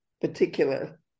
particular